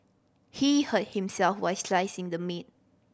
he hurt himself while slicing the meat